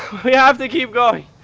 we have to keep going.